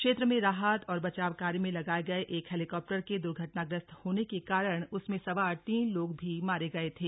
क्षेत्र में राहत एवं बचाव कार्य में लगाए गए एक हैलीकॉप्टर के दुर्घटनाग्रस्त होने के कारण उसमे सवार तीन लोग भी मारे गए थे